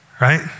right